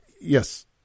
Yes